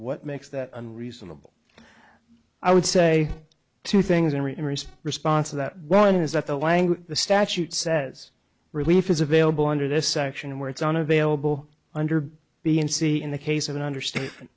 what makes that an reasonable i would say two things in response to that one is that the language the statute says relief is available under this section where it's unavailable under b and c in the case of an understatement